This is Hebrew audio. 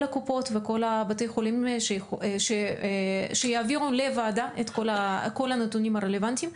הקופות וכל בתי החולים שיעבירו לוועדה את כל הנתונים הרלוונטיים.